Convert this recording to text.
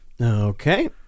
Okay